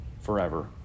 forever